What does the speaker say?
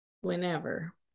whenever